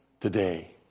today